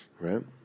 Right